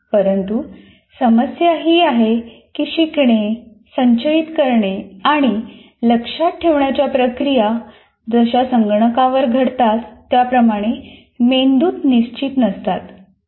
परंतु समस्या ही आहे की शिकणे संचयित करणे आणि लक्षात ठेवण्याच्या प्रक्रिया जशा संगणकावर घडतात त्याप्रमाणे मेंदूत निश्चित नसतात